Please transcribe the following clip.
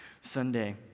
Sunday